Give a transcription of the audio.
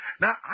Now